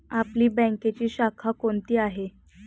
आपली बँकेची शाखा कोणती आहे